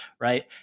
right